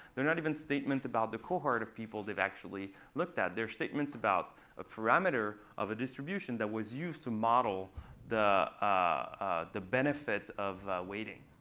they're not even statements about the cohort of people they've actually looked at. they're statements about a parameter of a distribution that was used to model the ah the benefit of waiting.